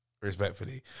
Respectfully